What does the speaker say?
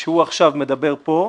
כשהוא עכשיו מדבר פה,